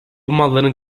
malların